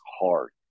hard